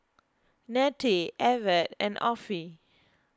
Nettie Evette and Offie